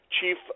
chief